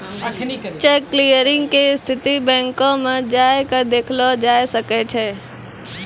cheque clearing के स्थिति बैंको मे जाय के देखलो जाय सकै छै